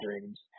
dreams